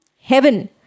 heaven